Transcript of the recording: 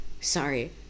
sorry